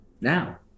now